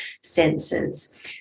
senses